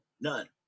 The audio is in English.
none